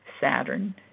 Saturn